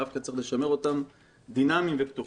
דווקא צריך לשמר אותם דינמיים ופתוחים.